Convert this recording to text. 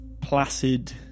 placid